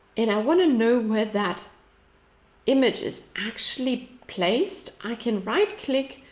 and i want to know where that image is actually placed. i can right click.